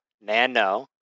Nano